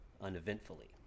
uneventfully